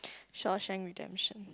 Shawshank Redemption